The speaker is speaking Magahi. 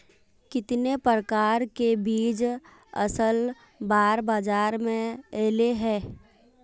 कितने प्रकार के बीज असल बार बाजार में ऐले है?